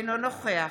אינו נוכח